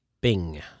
bing